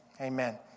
Amen